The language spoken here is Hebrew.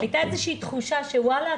הייתה איזו שהיא תחושה שוואלה,